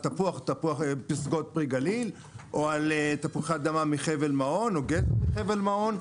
על תפוח פסגות פרי גליל או על תפוחי אדמה מחבל מעון או גזר מחבל מעון.